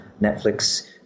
netflix